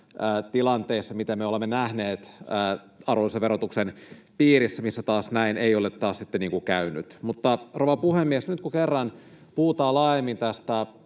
tilanteissa, mitä me olemme nähneet arvonlisäverotuksen piirissä, missä taas näin ei ole sitten käynyt. Mutta, rouva puhemies, nyt kun kerran puhutaan laajemmin tästä